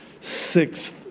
sixth